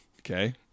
Okay